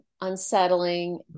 Unsettling